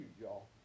y'all